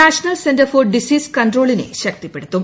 national centre for disease കൺട്രോളിനെ ശക്തിപ്പെടുത്തും